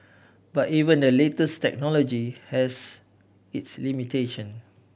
but even the latest technology has its limitation